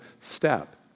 step